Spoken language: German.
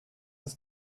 ist